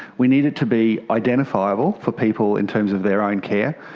we needed to be identifiable for people in terms of their own care.